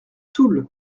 toul